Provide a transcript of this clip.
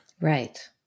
Right